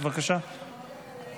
נעבור כעת לנושא הבא על